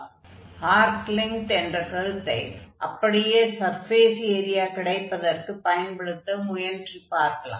ஆகவே arc length என்ற கருத்தை அப்படியே சர்ஃபேஸ் ஏரியா கிடைப்பதற்குப் பயன்படுத்த முயன்று பார்க்கலாம்